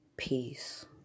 peace